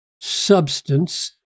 substance